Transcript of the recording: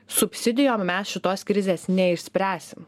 subsidijom mes šitos krizės neišspręsim